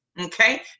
Okay